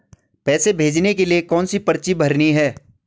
पैसे भेजने के लिए कौनसी पर्ची भरनी है?